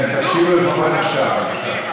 כן, תקשיבו לפחות עכשיו.